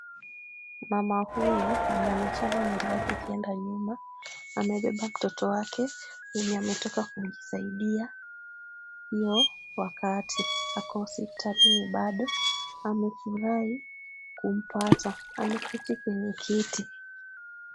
Mama huyu mwenye amechana nywele yake ikienda nyuma, amebeba mtoto wake mwenye ametoka kujisaidia hiyo wakati. Ako hospitalini bado, amefurahi kumpata. Ameketi kwenye kiti.